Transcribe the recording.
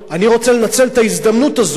אני רוצה לנצל את ההזדמנות הזאת,